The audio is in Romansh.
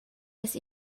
las